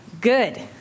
good